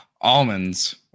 almonds